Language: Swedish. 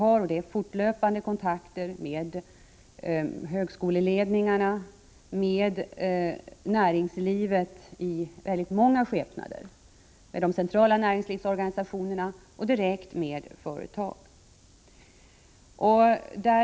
Vi upprätthåller fortlöpande kontakter med högskoleledningarna och på många olika sätt med näringslivet, bl.a. med de centrala näringslivsorganisationerna och direkt med företag.